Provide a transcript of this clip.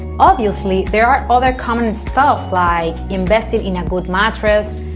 obviously there are other common stuff like investing in a good mattress,